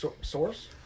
Source